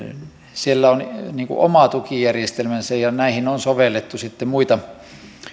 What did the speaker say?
on oma tukijärjestelmänsä ja näihin on sovellettu sitten